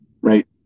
right